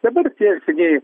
dabar tie senieji